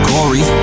Corey